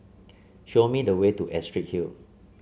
show me the way to Astrid Hill